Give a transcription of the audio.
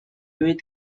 with